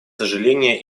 сожаление